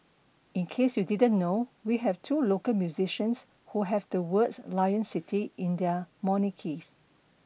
in case you didn't know we have two local musicians who have the words 'Lion City' in their monikers